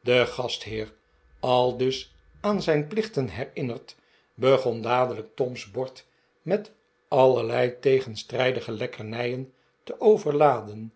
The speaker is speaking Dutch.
de gastheer aldus aan zijn plichten herinnerd begon dadelijk tom's bord met allerlei tegenstrijdige lekkernijen te overladen